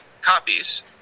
copies